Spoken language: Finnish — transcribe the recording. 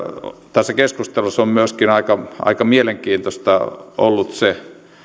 tässä keskustelussa on aika aika mielenkiintoista ollut myöskin se